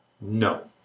No